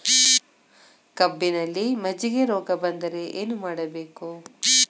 ಕಬ್ಬಿನಲ್ಲಿ ಮಜ್ಜಿಗೆ ರೋಗ ಬಂದರೆ ಏನು ಮಾಡಬೇಕು?